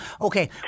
Okay